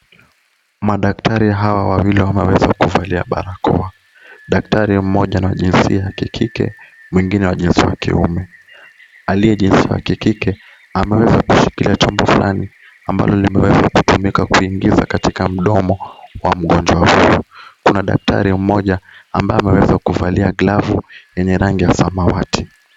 Madaktari hawa wawili wameweza kuvalia barakoa. Daktari mmoja na wa jinsia ya kike mwingine wa jinsia ya kiume. Aliye jinsia wa kike ameweza kushikilia kile chombo fulani ambalo limeweza kutumika kuingiza katika mdomo wa mgonjwa huyo. Kuna daktari mmoja ambaye ameweza kuvalia glavu yenye rangi ya samawati.